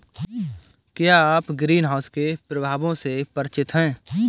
क्या आप ग्रीनहाउस के प्रभावों से परिचित हैं?